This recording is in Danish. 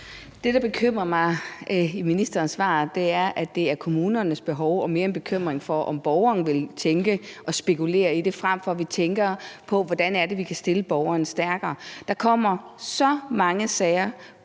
Det, der bekymrer mig ved ministerens svar, er, at det handler om kommunernes behov og mere er en bekymring for, om borgeren vil tænke og spekulere i det, frem for at vi tænker på, hvordan det er, vi kan stille borgeren stærkere. Der kommer så mange sager